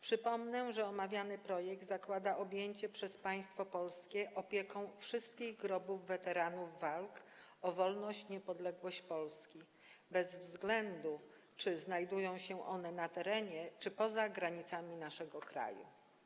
Przypomnę, że omawiany projekt zakłada objęcie przez państwo polskie opieką wszystkich grobów weteranów walk o wolność i niepodległość Polski, bez względu na to, czy znajdują się one na terenie czy poza granicami naszego kraju.